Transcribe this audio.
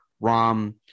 Rom